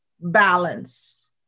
balance